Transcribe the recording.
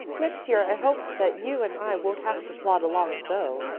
next year i hope that you and i won't have to plod along so.